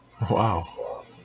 Wow